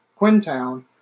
Quintown